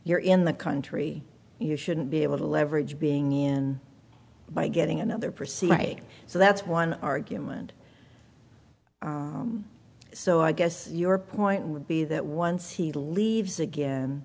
you're in the country you shouldn't be able to leverage being in by getting another procedure so that's one argument so i guess your point would be that once he leaves again